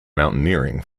mountaineering